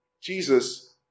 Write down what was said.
Jesus